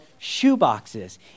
shoeboxes